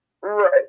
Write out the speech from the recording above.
right